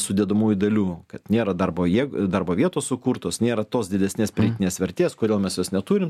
sudedamųjų dalių kad nėra darbo jėg darbo vietos sukurtos nėra tos didesnės pridėtinės vertės kodėl mes jos neturim